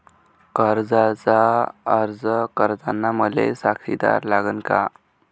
कर्जाचा अर्ज करताना मले साक्षीदार लागन का?